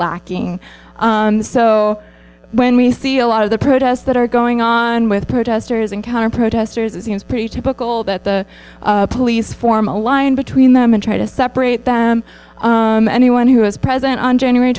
lacking so when we see a lot of the protests that are going on with protesters and counter protesters it seems pretty typical that the police form a line between them and try to separate them anyone who was present on january